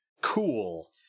cool